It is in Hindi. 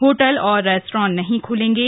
होटल और रेस्टोरेंट नहीं ख्लेंगे